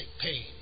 pain